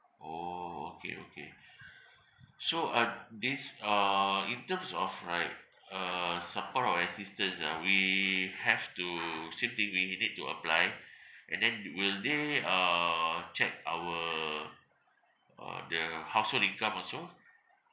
orh okay okay so uh this uh in terms of like uh support or assistance ah we have to same thing we nee~ need to apply and then will they uh check our uh the household income also